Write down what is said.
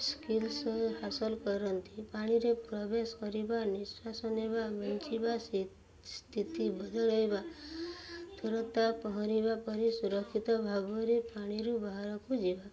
skills ହାସଲ କରନ୍ତି ପାଣିରେ ପ୍ରବେଶ କରିବା ନିଶ୍ୱାସ ନେବା ବଞ୍ଚିବା ସ୍ଥିତି ବଦଳାଇବା ତୁରନ୍ତ ପହଁରିବା ପରେ ସୁରକ୍ଷିତ ଭାବରେ ପାଣିରୁ ବାହାରକୁ ଯିବା